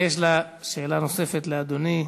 יש לה שאילתה נוספת לאדוני,